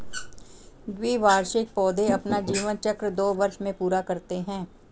द्विवार्षिक पौधे अपना जीवन चक्र दो वर्ष में पूरा करते है